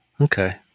Okay